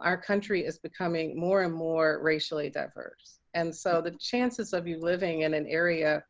our country is becoming more and more racially diverse. and so the chances of living in an area